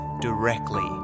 directly